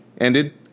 ended